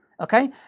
okay